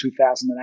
2008